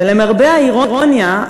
ולמרבה האירוניה,